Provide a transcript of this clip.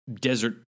desert